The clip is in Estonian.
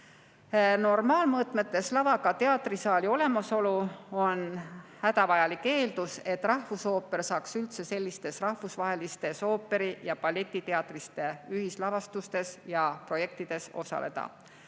tootmisel. Normaalmõõtmetes lavaga teatrisaali olemasolu on hädavajalik eeldus, et rahvusooper saaks üldse sellistes rahvusvahelistes ooperi- ja balletiteatrite ühislavastustes ja -projektides osaleda.